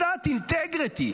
קצת אינטגריטי,